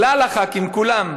כלל הח"כים כולם,